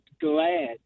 glad